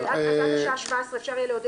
אז עד השעה 17:00 אפשר יהיה להודיע